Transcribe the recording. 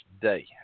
today